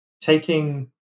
taking